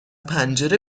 پنجره